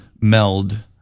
meld